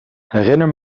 herinner